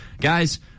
Guys